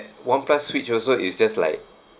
oneplus switch also is just like